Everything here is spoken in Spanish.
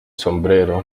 sombrero